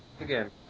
again